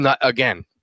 Again